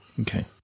okay